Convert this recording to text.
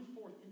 forth